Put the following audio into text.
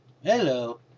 hello